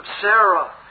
Sarah